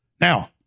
Now